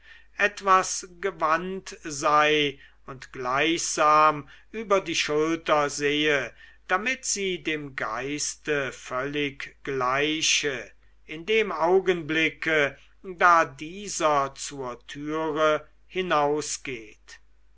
etwas gewandt sei und gleichsam über die schulter sehe damit sie dem geiste völlig gleiche in dem augenblicke da dieser zur türe hinausgeht